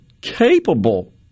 capable